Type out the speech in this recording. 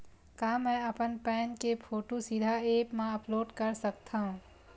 का मैं अपन पैन के फोटू सीधा ऐप मा अपलोड कर सकथव?